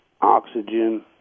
oxygen